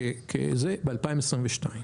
ב-2022.